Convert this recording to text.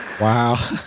Wow